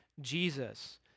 Jesus